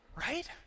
Right